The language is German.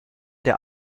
der